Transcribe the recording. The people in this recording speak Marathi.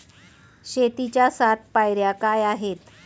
शेतीच्या सात पायऱ्या काय आहेत?